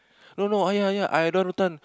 no no ah ya ya I don't want rotan